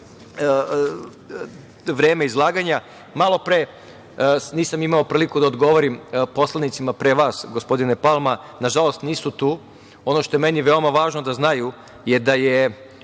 vreme izlaganja, malopre nisam imao priliku da odgovorim poslanicima pre vas, gospodine Palma, nažalost, nisu tu, ono što je meni veoma važno da znaju je da je,